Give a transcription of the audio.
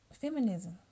feminism